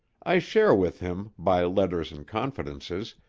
i share with him, by letters and confidences,